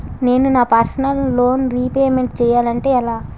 నేను నా personal loan repayment చేయాలంటే ఎలా?